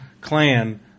clan